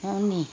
होनि